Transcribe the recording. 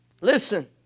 Listen